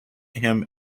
him